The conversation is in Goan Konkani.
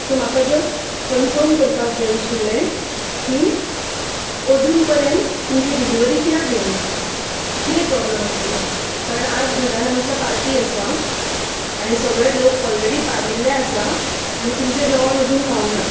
सो म्हाका जस्ट कन्फर्म करपाक जाय आशिल्ले की अजून पर्यंत तुमची डिलिवरी कित्याक येवना कितें प्रोब्लम आशिल्लो कारण आज घरान आमच्या पार्टी आसा आनी सगळें लोक ऑल्रेडी पाविल्ले आसा आनी तुमचे जेवण अजून पावूना